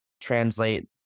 translate